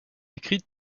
écrite